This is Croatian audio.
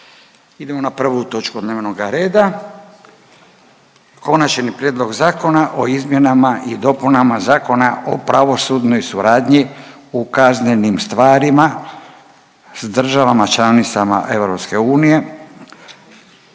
pred nama je znači Konačni prijedlog Zakona o izmjenama i dopunama Zakona o pravosudnoj suradnji u kaznenim stvarima s državama članicama EU.